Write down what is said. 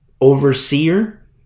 overseer